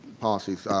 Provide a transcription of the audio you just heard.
policies.